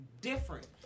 different